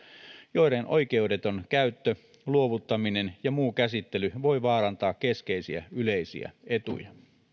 joiden oikeudeton käyttö luovuttaminen ja muu käsittely voi vaarantaa keskeisiä yleisiä etuja